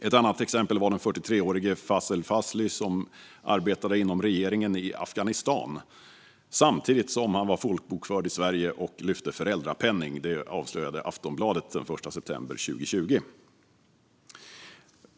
Ett annat exempel är den 43-årige Fazel Fazly, som arbetade inom regeringen i Afghanistan samtidigt som han var folkbokförd i Sverige och lyfte föräldrapenning. Det avslöjade Aftonbladet den 1 september 2020.